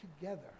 together